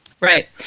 Right